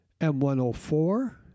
M104